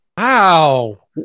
Wow